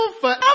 forever